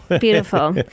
Beautiful